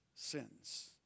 sins